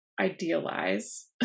idealize